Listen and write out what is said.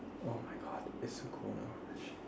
oh my god it's so cold now shit